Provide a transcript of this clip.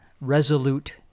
resolute